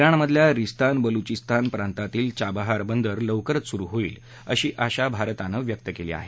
रोणमधल्या सिस्तान बलूचिस्तान प्रातांतील चबाहार बंदर लवकरच सुरु होईल अशी आशा भारतानं व्यक्त केली आहे